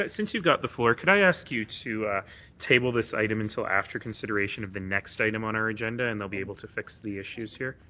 since you've got the floor could i ask you to table this item until after consideration of the next item on our agenda and they'll be able to fix the issues here.